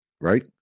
right